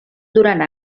durant